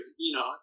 Enoch